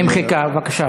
בוגדים.